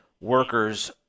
workers